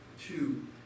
two